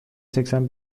seksen